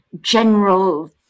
general